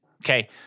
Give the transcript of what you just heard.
Okay